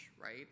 right